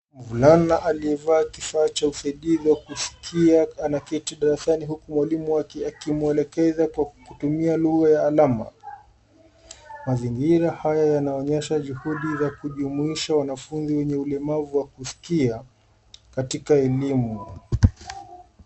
Mvulana aliyevaa kifaa cha usaidivu wa kusikia ameketi darasani huku mwalimu wake akimwelekeza kwa kutumia lugha ya alama. Mazingira hayo yanaonyesha juhudi za kujumuisha wanafunzi wenye ulemavu wa kusikia katika elimu.